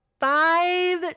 five